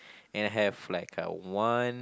and have like a one